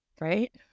Right